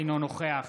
אינו נוכח